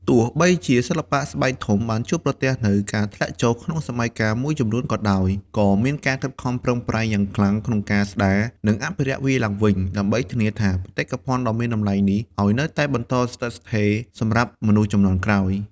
ទោះបីជាសិល្បៈស្បែកធំបានជួបប្រទះនូវការធ្លាក់ចុះក្នុងសម័យកាលមួយចំនួនក៏ដោយ ក៏មានការខិតខំប្រឹងប្រែងយ៉ាងខ្លាំងក្នុងការស្ដារ និងអភិរក្សវាឡើងវិញ ដើម្បីធានាថាបេតិកភណ្ឌដ៏មានតម្លៃនេះឲ្យនៅតែបន្តស្ថិតស្ថេរសម្រាប់មនុស្សជំនាន់ក្រោយ។